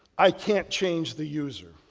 i can't change the user.